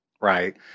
right